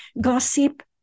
Gossip